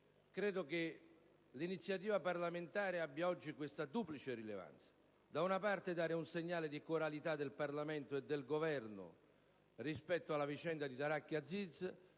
quindi che l'iniziativa parlamentare oggi abbia questa duplice rilevanza: da una parte, dà un segnale di coralità del Parlamento e del Governo rispetto alla vicenda di Tareq Aziz;